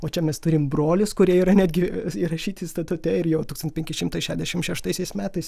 o čia mes turim brolius kurie yra netgi įrašyti statute ir jau tūkstantis penki šimtai šešiasdešimt šeštaisiais metais